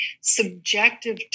subjective